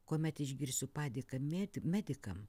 kuomet išgirsiu padėką mėd medikam